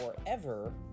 Forever